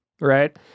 Right